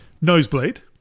Nosebleed